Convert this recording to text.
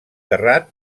terrat